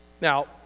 Now